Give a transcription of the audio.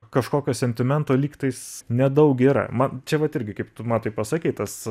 kažkokio sentimento lygtais nedaug yra man čia vat irgi kaip tu matai pasakei tas